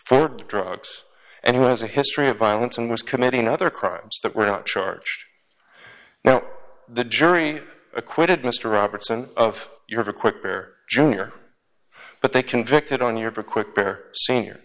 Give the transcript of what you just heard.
for drugs and who has a history of violence and was committing other crimes that were not charge now the jury acquitted mr robertson of you have a quicker jr but they convicted on your quick